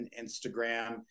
Instagram